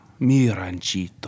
Miranchito